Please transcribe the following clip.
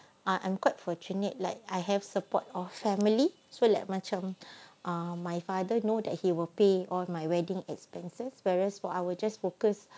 I I'm quite fortunate like I have support or family so like macam ah my father know that he will pay off my wedding expenses whereas for I will just focus